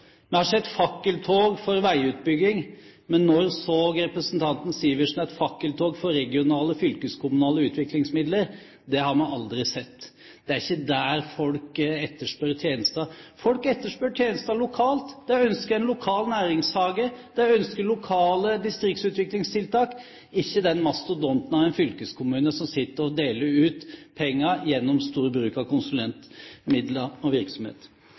vi har sett fakkeltog for veiutbygging. Men når så representanten Sivertsen et fakkeltog for fylkeskommunale regionalutviklingsmidler? Det har vi aldri sett. Det er ikke der folk etterspør tjenester. Folk etterspør tjenester lokalt. De ønsker en lokal næringshage, de ønsker lokale distriktsutviklingstiltak, ikke den mastodonten av en fylkeskommune som sitter og deler ut penger gjennom stor bruk av konsulentmidler og